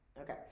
Okay